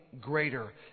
greater